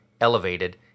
elevated